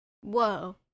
Whoa